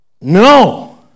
No